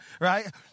right